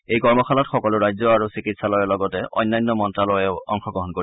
এই কৰ্মশালাত সকলো ৰাজ্য আৰু চিকিৎসালয়ৰ লগতে অন্যান্য মন্ত্ৰ্যালয়েও অংশগ্ৰহণ কৰিব